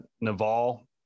Naval